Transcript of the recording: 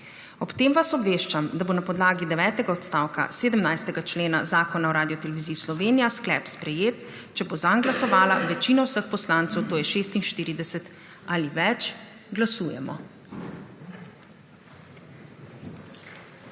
Ob tem vas obveščam, da bo na podlagi devetega odstavka 17. člena Zakona o Radioteleviziji Slovenija sklep sprejet, če bo zanj glasovala večina vseh poslancev, to je 46 ali več. 86.